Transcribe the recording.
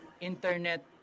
internet